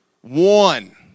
One